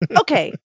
okay